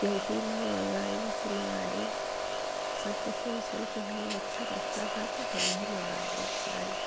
क्योंकि मैं ऑनलाइन से मँगाई सबके सुन सुनकर हमें अच्छा लगता था तो हम भी मंगाएँ एक साड़ी